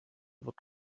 wird